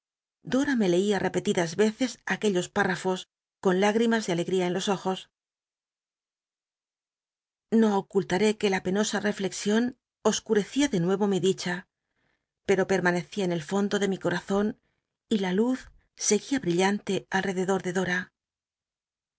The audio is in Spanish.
dora me leía repetidas veces aquellos ptil'l'afos con hígrnnas de alegría en los ojos no ocultaré que la penosa roflexion oscurecía de nuevo mi dicha pei'o permanecía en el fondo de mí corazon y la luz seguía ij illanlc ahcdeclo de dora